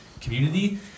community